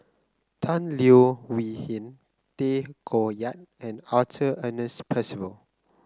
Tan Leo Wee Hin Tay Koh Yat and Arthur Ernest Percival